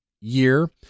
year